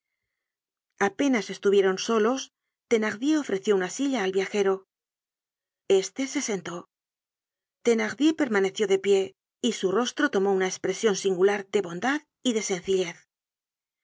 apenas estuvieron solos thenardier ofreció una silla al viajero este se sentó thenardier permaneció de pie y su rostro tomó una espresion singular de bondad y de sencillez